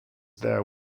there